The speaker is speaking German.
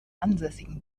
ansässigen